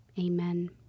Amen